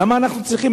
למה אנחנו צריכים,